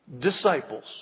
disciples